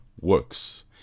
works